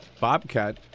Bobcat